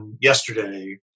yesterday